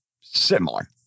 similar